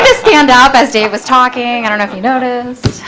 ah stand-up as dave was talking. i don't know if you noticed